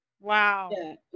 Wow